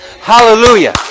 Hallelujah